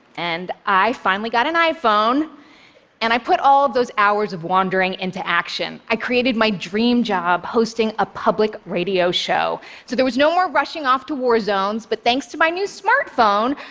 and i finally got an iphone and i put all those hours of wandering into action. i created my dream job hosting a public radio show. so there was no more rushing off to war zones, but thanks to my new smartphone,